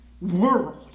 world